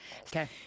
okay